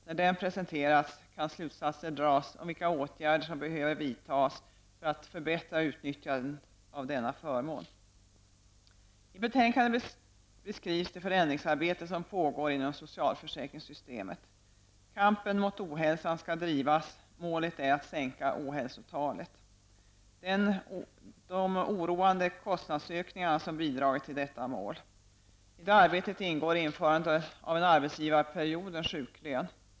När den presenterats kan slutsatser dras om vilka åtgärder som behöver vidtas för att förbättra utnyttjandet av denna förmån. I betänkandet beskrivs det förändringsarbete som pågår inom socialförsäkringssystemet. Kampen mot ohälsan skall drivas för att sänka ohälsotalet. Det är de oroande kostnadsökningarna som bidragit till detta mål. I det arbetet ingår införande av en arbetsgivarperiod/sjuklön.